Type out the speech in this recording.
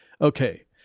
okay